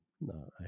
No